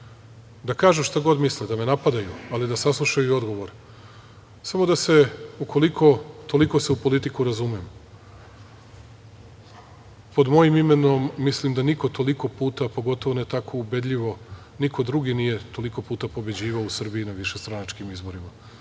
da kažu šta god misle, da me napadaju, ali da saslušaju odgovor, samo da se ukoliko-toliko u politiku razumem, pod mojim imenom mislim da niko toliko puta, pogotovo ne tako ubedljivo niko drugi nije toliko puta pobeđivao u Srbiji na višestranačkim izborima,